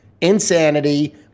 insanity